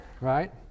right